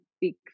big